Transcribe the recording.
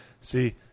See